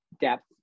depth